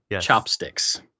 Chopsticks